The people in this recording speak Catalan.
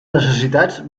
necessitats